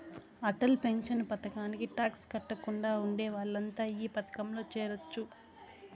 Atal pension పథకానికి tax కట్టకుండా ఉండే వాళ్లంతా ఈ పథకంలో చేరొచ్చు